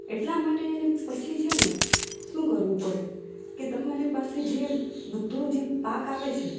એટલા માટે એને પછી છે ને શું કરવું પડે કે તમારી પાસે જે બધો જે પાક આવે છે